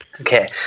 Okay